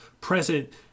present